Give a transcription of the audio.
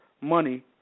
Money